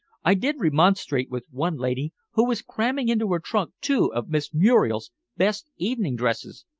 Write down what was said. i did remonstrate with one lady who was cramming into her trunk two of miss muriel's best evening dresses,